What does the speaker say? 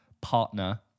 Partner